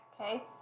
okay